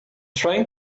trying